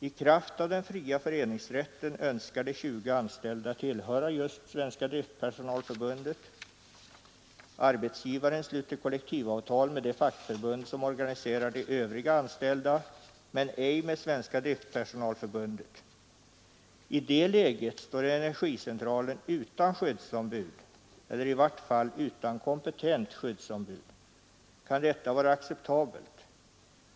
I kraft av den fria föreningsrätten önskar de 20 anställda tillhöra just Svenska driftpersonalförbundet. Arbetsgivaren sluter kollektivavtal med det fackförbund som organiserar de övriga anställda men ej med Svenska driftpersonalförbundet. I det läget står energicentralen utan skyddsombud, eller i vart fall utan kompetent skyddsombud. Kan detta vara acceptabelt?